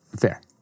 Fair